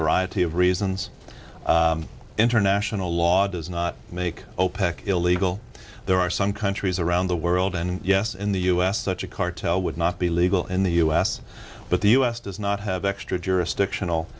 variety of reasons international law does not make opec illegal there are some countries around the world and yes in the us such a cartel would not be legal in the us but the us does not have extra jurisdiction all